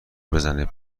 بزنه